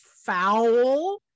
foul